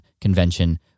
convention